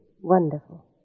Wonderful